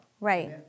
Right